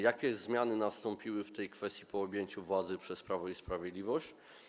Jakie zmiany nastąpiły w tej kwestii po objęciu władzy przez Prawo i Sprawiedliwość?